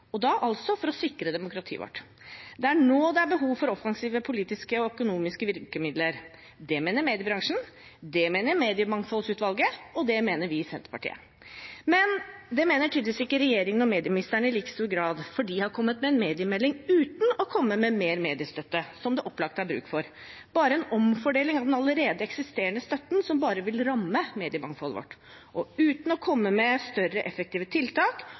og da for å sikre demokratiet vårt. Det er nå det er behov for offensive politiske og økonomiske virkemidler. Det mener mediebransjen, det mener mediemangfoldsutvalget, og det mener vi i Senterpartiet. Men det mener tydeligvis ikke regjeringen og medieministeren i like stor grad, for de har kommet med en mediemelding uten å komme med mer mediestøtte, som det opplagt er bruk for – bare en omfordeling av den allerede eksisterende støtten som bare vil ramme mediemangfoldet vårt, og uten å komme med større effektive tiltak